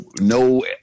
no